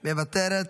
מוותרת,